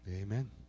amen